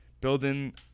building